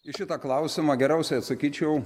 į šitą klausimą geriausiai atsakyčiau